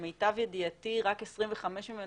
למיטב ידיעתי רק 25 מיליון